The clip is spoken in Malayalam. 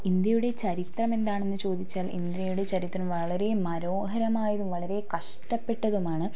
ഇന്ത്യയുടെ ചരിത്രമെന്താണെന്ന് ചോദിച്ചാൽ ഇന്ത്യയുടെ ചരിത്രം വളരെ മനോഹരമായതും വളരെ കഷ്ടപ്പെട്ടതുമാണ്